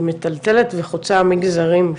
היא מטלטלת וחוצה מגזרים.